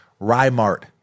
rymart